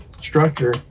structure